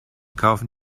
kaufen